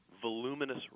voluminous